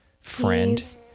friend